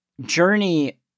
Journey